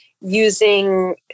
using